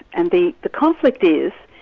and the the conflict is,